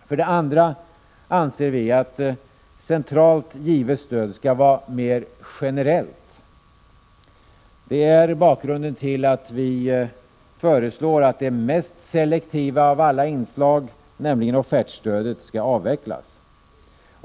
på. För det andra skall, anser vi, centralt givet stöd vara mer generellt. Det är bakgrunden till att vi föreslår att det mest selektiva av alla inslag, nämligen offertstödet, skall avvecklas.